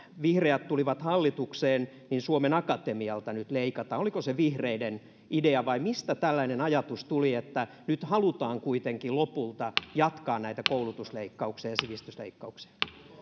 vihreät tulivat hallitukseen niin suomen akatemialta nyt leikataan oliko se vihreiden idea vai mistä tällainen ajatus tuli että nyt halutaan kuitenkin lopulta jatkaa näitä koulutusleikkauksia ja sivistysleikkauksia